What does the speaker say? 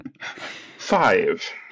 Five